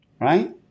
right